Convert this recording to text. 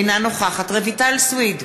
אינה נוכחת רויטל סויד,